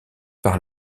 par